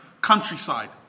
countryside